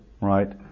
right